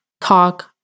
talk